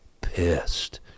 pissed